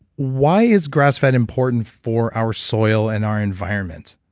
why is grass-fed important for our soil and our environment?